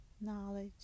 knowledge